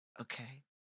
okay